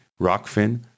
Rockfin